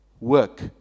work